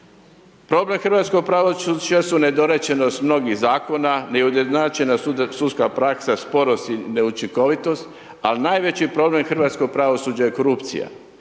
Problem hrvatskog pravosuđa su nedorečenost mnogih zakona, neujednačena sudska praksa, sporost i neučinkovitost, ali najveći problem hrvatskog pravosuđa je korupcija.